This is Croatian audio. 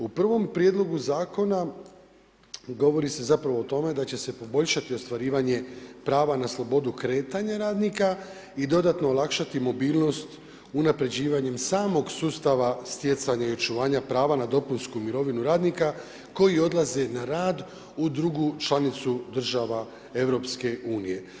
U prvom Prijedlogu zakona govori se zapravo o tome da će se poboljšati ostvarivanje prava na slobodu kretanja radnika i dodatno olakšati mobilnost unapređivanjem samog sustava stjecanja i očuvanja prava na dopunsku mirovinu radnika koji odlaze na rad u drugu članicu država EU.